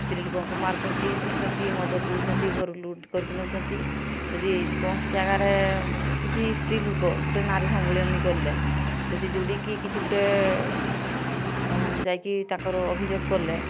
ସ୍ତ୍ରୀଲୋକଙ୍କୁ ମାରୁଛନ୍ତି ପିଟୁଛନ୍ତି ମଦ ପିଉଛନ୍ତି ଘରୁ ଲୁଟ୍ କରିକି ନେଉଛନ୍ତି ଯଦି କୌଣସି ଜାଗାରେ କିଛି ସ୍ତ୍ରୀଲୋକ ଗୋଟେ ନାରୀ ସମ୍ମିଳନୀ କରିଲେ ଯଦି ଯେଉଁଠି କି କିଛି ଗୋଟେ ଯାଇକି ତାଙ୍କର ଅଭିଯୋଗ କଲେ